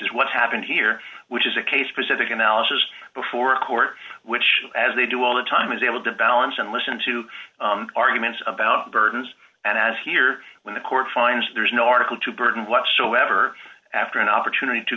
is what happened here which is a case specific analysis before a court which as they do all the time is able to balance and listen to arguments about burdens and as here when the court finds there is no article to burden whatsoever after an opportunity to